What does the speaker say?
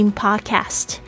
podcast